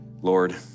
Lord